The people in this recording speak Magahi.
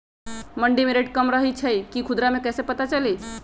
मंडी मे रेट कम रही छई कि खुदरा मे कैसे पता चली?